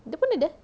dia pun ada